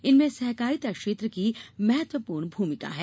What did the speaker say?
इनमें सहकारिता क्षेत्र की महत्वपूर्ण भूमिका है